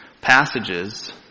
passages